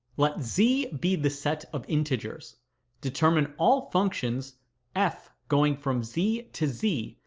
let z be the set of integers determine all functions f going from z to z,